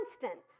Constant